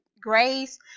Grace